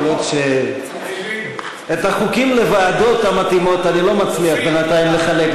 יכול להיות שאת החוקים לוועדות המתאימות אני לא מצליח עדיין לחלק,